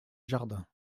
jardin